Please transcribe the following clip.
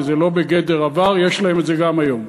וזה לא בגדר עבר, יש להם את זה גם היום.